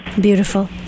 Beautiful